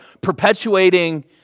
perpetuating